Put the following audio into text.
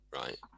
right